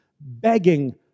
begging